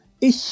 Ich